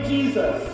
Jesus